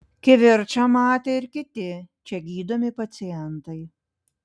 kivirčą matė ir kiti čia gydomi pacientai